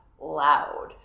loud